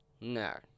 No